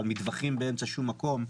על מטווחים באמצע שום מקום.